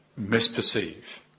misperceive